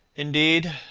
indeed,